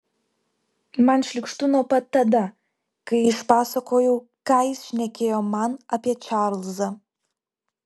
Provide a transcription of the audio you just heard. man šlykštu nuo pat tada kai išpasakojau ką jis šnekėjo man apie čarlzą